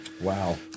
Wow